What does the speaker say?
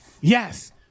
Yes